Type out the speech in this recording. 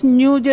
new